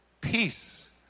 peace